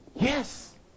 yes